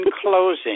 closing